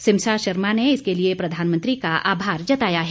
सिमसा शर्मा ने इसके लिए प्रधानमंत्री का आभार जताया है